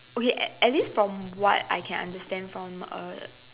okay at at least from what I can understand from A